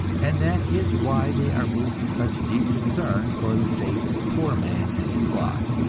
and that is why they are moved to such deep concern for the fate of the poor man and his lot.